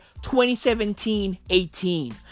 2017-18